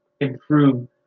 improve